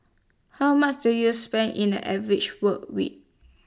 how much do you spend in an average work week